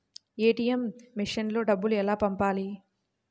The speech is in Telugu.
ఏ.టీ.ఎం మెషిన్లో డబ్బులు ఎలా పంపాలి?